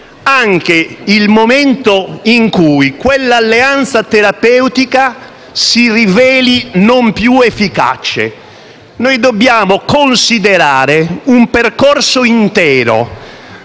anche il momento in cui quell'alleanza terapeutica si riveli non più efficace. Dobbiamo considerare un percorso intero,